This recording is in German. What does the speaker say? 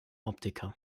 optiker